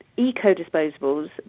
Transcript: eco-disposables